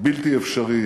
בלתי אפשרי.